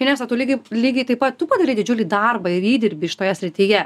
inesa tu lygiai lygiai taip pat tu padarei didžiulį darbą ir įdirbį šitoje srityje